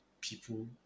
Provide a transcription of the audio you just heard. people